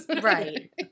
Right